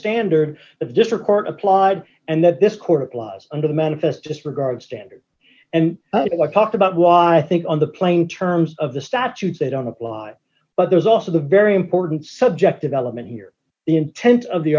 standard the different part applied and that this court applies under the manifest disregard standard and it was talked about why i think on the plain terms of the statutes that don't apply but there's also the very important subjective element here the intent of the